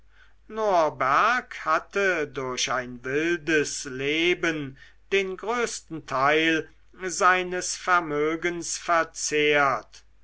norberg hatte durch ein wildes leben den größten teil seines vermögens verzehrt